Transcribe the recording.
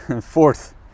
Fourth